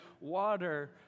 Water